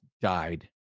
died